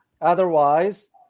otherwise